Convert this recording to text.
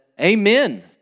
Amen